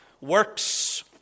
Works